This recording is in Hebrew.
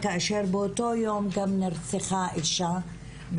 כאשר באותו יום גם נרצחה אישה,